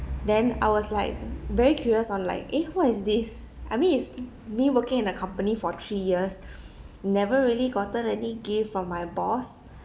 then I was like very curious I'm like eh what is this I mean it's me working in the company for three years never really gotten any gift from my boss